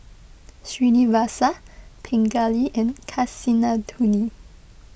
Srinivasa Pingali and Kasinadhuni